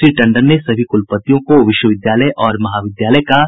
श्री टंडन ने सभी कुलपतियों को विश्वविद्यालय और महाविद्यालय का